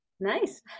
Nice